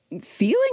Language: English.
feeling